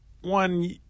one